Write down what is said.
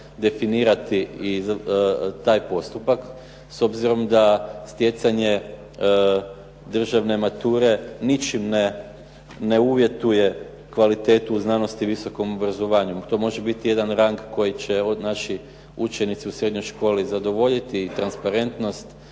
definirati i taj postupak, s obzirom da stjecanje državne mature ničim ne uvjetuje kvalitetu u znanosti i visokom obrazovanju. To može biti jedan rang koji će naše učenike u srednjoj školi zadovoljiti i transparentnost